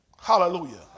Hallelujah